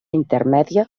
intermèdia